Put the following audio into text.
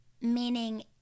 Meaning